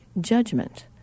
judgment